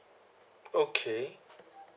okay